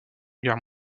guerre